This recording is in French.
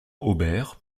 hobert